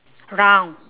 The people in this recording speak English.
round